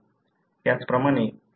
त्याचप्रमाणे त्याला फेनोटाइप आहे